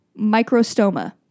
microstoma